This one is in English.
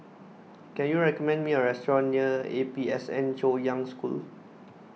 can you recommend me a restaurant near A P S N Chaoyang School